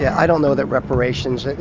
yeah i don't know that reparations.